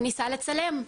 הוא ניסה לצלם,